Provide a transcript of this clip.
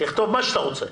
תכתוב מה שאתה רוצה.